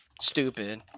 stupid